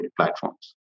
platforms